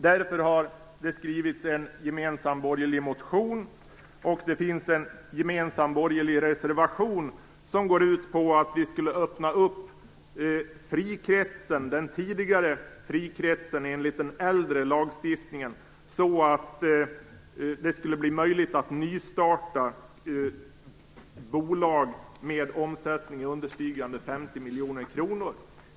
Därför har det väckts en gemensam borgerlig motion och avgetts en gemensam borgerlig reservation reservation som går ut på att man borde öppna upp den tidigare frikretsen enligt den äldre lagstiftningen så att det blev möjligt att nystarta bolag med omsättning understigande 50 miljoner kronor.